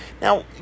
Now